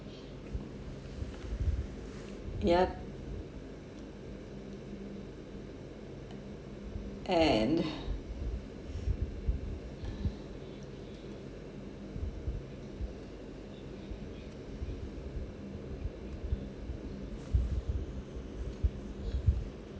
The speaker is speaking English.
yup and